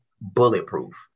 bulletproof